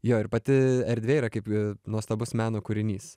jo ir pati erdvė yra kaip nuostabus meno kūrinys